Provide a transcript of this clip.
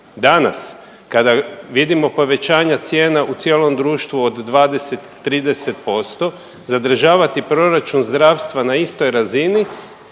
Danas kada vidimo povećanja cijena u cijelom društvu od 20, 30% zadržavati proračun zdravstva na istoj razini